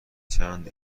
چند